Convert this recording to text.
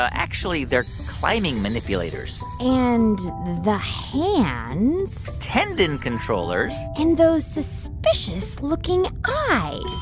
ah actually, they're climbing manipulators. and the hands. tendon controllers. and those suspicious-looking eyes.